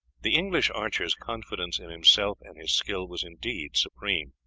the english archer's confidence in himself and his skill was indeed supreme.